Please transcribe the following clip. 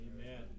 amen